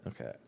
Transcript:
Okay